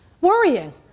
worrying